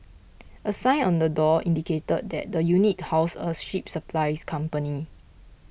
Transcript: a sign on the door indicated that the unit housed a ship supplies company